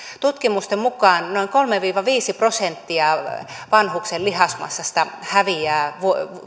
tutkimusten mukaan noin kolme viiva viisi prosenttia vanhuksen lihasmassasta häviää